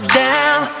down